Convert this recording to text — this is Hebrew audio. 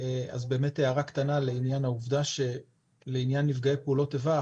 אז באמת הערב קטנה לעניין העובדה לעניין נפגעי פעולות איבה,